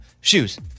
Shoes